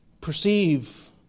perceive